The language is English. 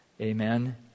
Amen